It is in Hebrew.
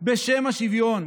בשם השוויון.